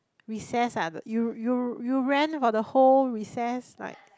recess ah you you you ran for the whole recess like